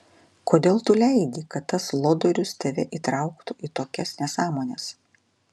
kodėl tu leidi kad tas lodorius tave įtrauktų į tokias nesąmones